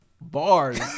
bars